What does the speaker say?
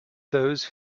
those